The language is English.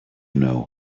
know